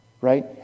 right